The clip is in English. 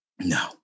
No